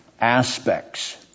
aspects